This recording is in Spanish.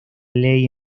ley